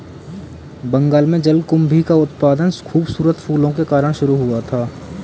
बंगाल में जलकुंभी का उत्पादन खूबसूरत फूलों के कारण शुरू हुआ था